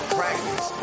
practice